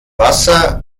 wasser